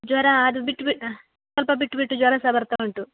ಜ್ವರ ಅದು ಬಿಟ್ಬಿಟ್ಟು ಹಾಂ ಸ್ವಲ್ಪ ಬಿಟ್ಟು ಬಿಟ್ಟು ಜ್ವರ ಸಹ ಬರ್ತಾ ಉಂಟು